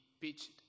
pitched